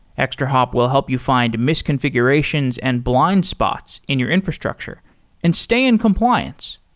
extrahop will help you find misconfigurations and blind spots in your infrastructure and stay in compliance.